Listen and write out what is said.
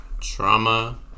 Trauma